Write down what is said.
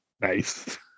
Nice